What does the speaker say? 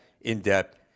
in-depth